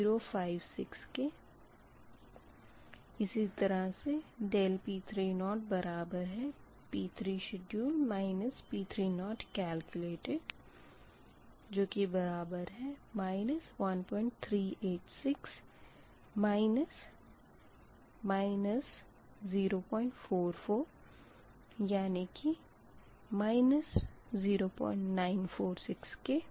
इसी तरह से ∆P30 बराबर है P3 schedule P30 calculated बराबर है 1386 044 यानी कि 0946 के